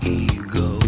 ego